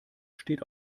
steht